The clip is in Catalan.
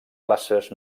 places